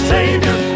Savior